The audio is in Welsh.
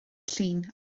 llun